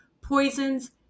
poisons